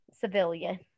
civilian